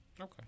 Okay